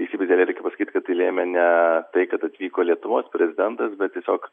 teisybės dėlei reikia pasakyt kad tai lėmė ne tai kad atvyko lietuvos prezidentas bet tiesiog